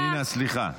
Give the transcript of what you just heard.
פנינה, סליחה.